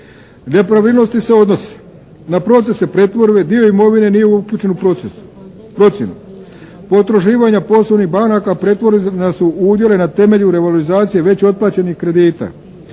Nepravilnosti se odnose na procese pretvorbe. Dio imovine nije uključen u procjenu. Potraživanja poslovnih banaka pretvorena su u udjele na temelju revoluizacije već otplaćenih kredita.